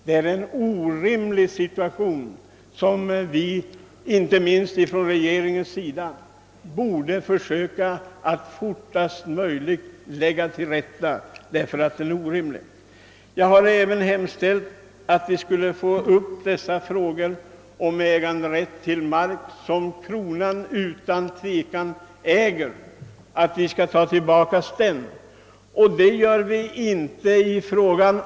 Detta är en orimlig situation som från regeringens sida borde fortast möjligt tillrättaläggas. Jag har även hemställt att vi skulle ta upp frågorna om fastställande av äganderätten till viss mark som kronan utan tvivel äger.